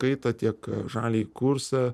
kaitą tiek žaliąjį kursą